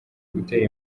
gutera